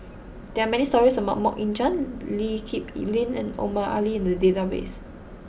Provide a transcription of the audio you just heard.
there are many stories about Mok Ying Jang Lee Kip Lin and Omar Ali in the database